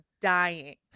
dying